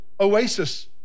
oasis